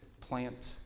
plant